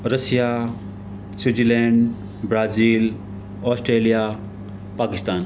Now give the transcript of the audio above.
Russia Switzerland Brazil Australia Pakistan